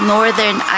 Northern